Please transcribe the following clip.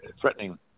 threatening